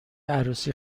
عروسی